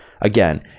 Again